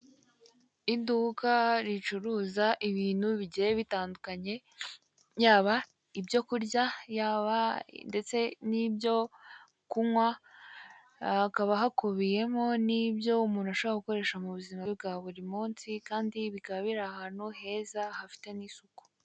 Iduka ricuruza ibintu bigiye bitandukanye, yaba ibyo kurya, yaba ndetse n'ibyo kunywa, hakaba hakubiyemo n'ibyo umuntu ashobora gukoresha mu buzima bwe bwa buri munsi kandi bikaba biri ahantu heza hafite n'isuku.